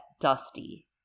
dusty